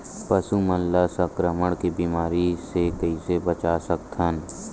पशु मन ला संक्रमण के बीमारी से कइसे बचा सकथन?